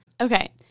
Okay